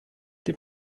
dem